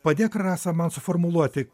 padėk rasa man suformuluoti